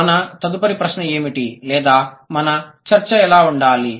మన తదుపరి ప్రశ్న ఏమిటి లేదా మన చర్చ ఎలా ఉండాలి